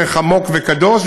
ערך עמוק וקדוש,